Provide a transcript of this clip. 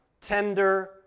tender